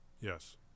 Yes